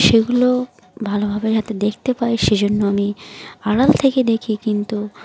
সেগুলো ভালোভাবে যাতে দেখতে পাই সেজন্য আমি আড়াল থেকেই দেখি কিন্তু